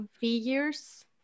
figures